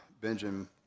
Benjamin